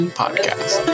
podcast